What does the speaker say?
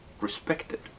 respected